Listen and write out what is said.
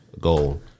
goal